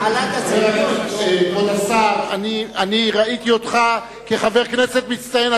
כבוד השר, ראיתי אותך כחבר כנסת מצטיין.